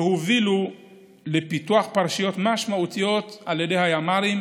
והובילו לפיתוח פרשיות משמעותיות על ידי הימ"רים